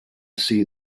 see